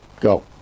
Go